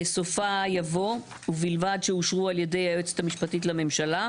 בסופה יבוא "ובלבד שאושרו על ידי היועצת המשפטית לממשלה.